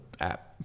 app